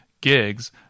gigs